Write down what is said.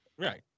Right